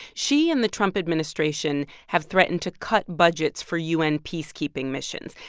she and the trump administration have threatened to cut budgets for u n. peacekeeping missions.